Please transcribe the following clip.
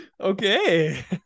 okay